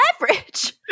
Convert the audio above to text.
leverage